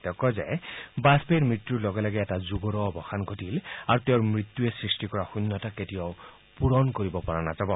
তেওঁ কয় যে বাজপেয়ীৰ মৃত্যুৰ লগে লগে এটা যুগৰো অৱসান ঘটিল আৰু তেওঁৰ মৃত্যুয়ে সৃষ্টি কৰা শূন্যতা কেতিয়াও পূৰণ কৰিব পৰা নাযাব